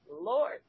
Lord